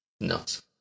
Nuts